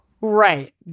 Right